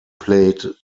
played